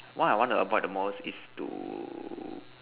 what I want to avoid the most is to